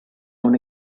own